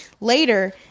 later